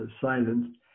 silence